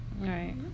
Right